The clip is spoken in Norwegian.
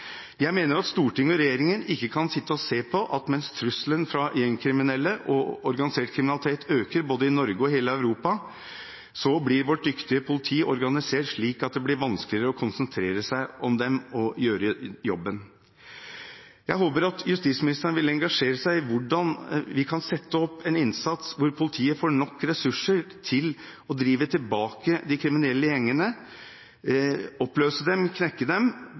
Jeg mener at Stortinget og regjeringen ikke kan sitte og se på at mens trusselen fra gjengkriminelle og organisert kriminalitet øker i både Norge og hele Europa, blir vårt dyktige politi organisert slik at det blir vanskeligere å konsentrere seg om dem og gjøre jobben. Jeg håper at justisministeren vil engasjere seg i hvordan vi kan sette opp en innsats hvor politiet får nok ressurser til å drive tilbake de kriminelle gjengene, oppløse dem, knekke dem